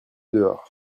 dehors